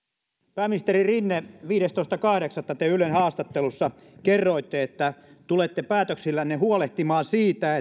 pääministeri rinne viidestoista kahdeksatta te ylen haastattelussa kerroitte että tulette päätöksillänne huolehtimaan siitä